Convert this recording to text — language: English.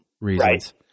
reasons